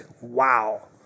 Wow